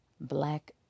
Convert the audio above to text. black